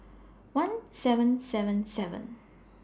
one seven seven seven